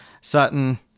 Sutton